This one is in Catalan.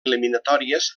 eliminatòries